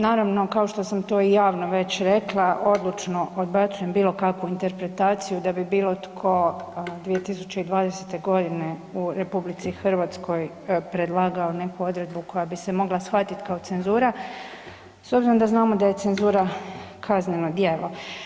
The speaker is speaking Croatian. Naravno kao što sam to i javno već rekla odlučno odbacujem bilo kakvu interpretaciju da bi bilo tko 2020. godine u RH predlagao neku odredbu koja bi se mogla shvatiti kao cenzura s obzirom da znamo da je cenzura kazneno djelo.